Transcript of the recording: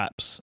apps